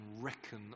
reckon